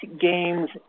games